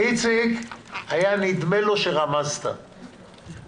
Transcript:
היה נדמה לו שאופיר סופר רמז